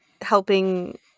helping